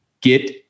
get